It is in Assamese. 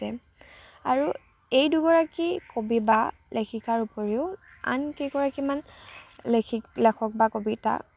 আৰু এই দুগৰাকী কবি বা লেখিকাৰ উপৰিও আন কেইগৰাকীমান লেখি লেখক বা কবিতা